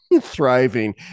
thriving